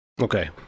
Okay